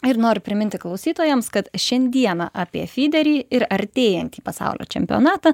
ir noriu priminti klausytojams kad šiandieną apie fiderį ir artėjantį pasaulio čempionatą